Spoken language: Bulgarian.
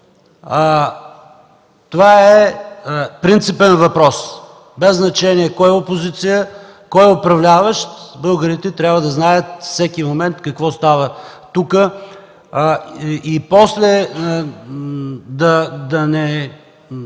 Това е принципен въпрос. Без значение кой е опозиция и кой управляващ, българите трябва да знаят какво става тук и после да не